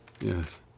Yes